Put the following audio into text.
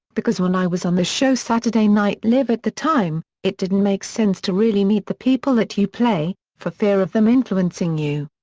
because when i was on the show saturday night live at the time, it didn't make sense to really meet the people that you play, for fear of them influencing you.